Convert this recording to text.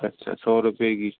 अच्छा सौ रुपए की